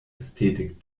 ästhetik